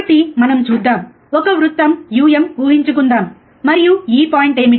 కాబట్టి మనం చూద్దాం ఒక వృత్తం um ఊహించుకుందాం మరియు ఈ పాయింట్ ఏమిటి